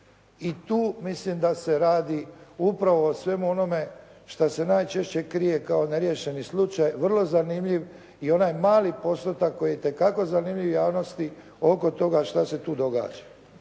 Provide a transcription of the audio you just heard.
I tu mislim da se radi upravo o svemu onome što se najčešće krije kao neriješeni slučaj, vrlo zanimljiv i onaj mali postotak koji je itekako zanimljiv javnosti oko toga što se tu događa.